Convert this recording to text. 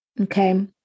okay